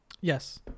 Yes